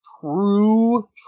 true